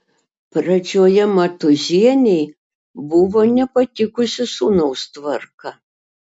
pradžioje matūzienei buvo nepatikusi sūnaus tvarka